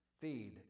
feed